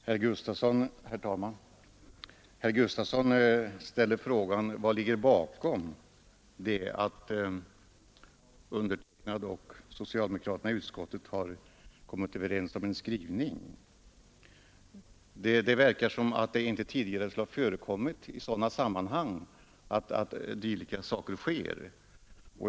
Herr talman! Herr Gustafson i Göteborg ställde frågan om vad som ligger bakom att jag och socialdemokraterna i utskottet har kommit överens om en skrivning. Det verkar som om det inte tidigare hade förekommit i sådana sammanhang att dylika saker sker.